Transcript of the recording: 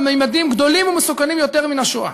בממדים גדולים ומסוכנים יותר מן השואה.